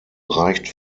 reicht